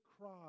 cry